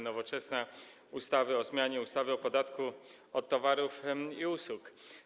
Nowoczesna projektu ustawy o zmianie ustawy o podatku od towarów i usług.